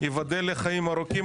ייבדל לחיים ארוכים,